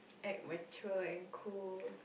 act mature and cool